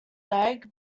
leg